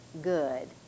good